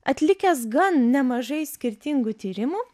atlikęs gan nemažai skirtingų tyrimų